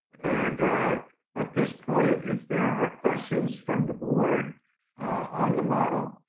and at this point, if there are questions from the board on the model.